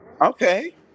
Okay